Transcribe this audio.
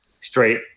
straight